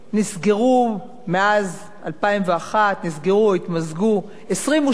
מאז 2001 נסגרו או התמזגו 22 הוצאות ספרים.